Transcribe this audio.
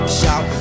shout